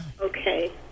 okay